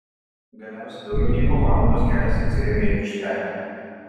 galiausiai daugiau nei po valandos kelias atsiremia į aikštelę